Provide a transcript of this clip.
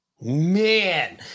Man